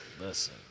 Listen